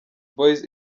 boyz